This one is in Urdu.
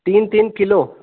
تین تین کلو